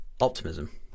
optimism